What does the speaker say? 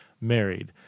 married